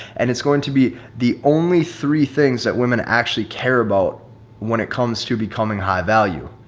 and it's going to be the only three things that women actually care about when it comes to becoming high value,